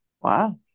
Wow